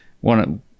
one